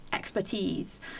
expertise